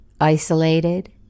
isolated